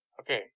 Okay